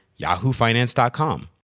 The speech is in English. yahoofinance.com